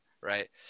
right